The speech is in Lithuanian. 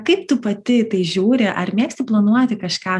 kaip tu pati į tai žiūri ar mėgsti planuoti kažką